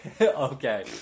Okay